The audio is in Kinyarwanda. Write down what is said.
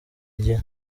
igihe